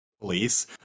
police